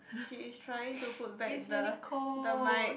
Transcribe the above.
she is trying to put back the the mic